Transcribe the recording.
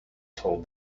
told